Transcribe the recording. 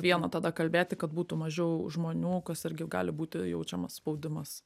vieno tada kalbėti kad būtų mažiau žmonių kas irgi gali būti jaučiamas spaudimas